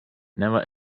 never